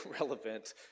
relevant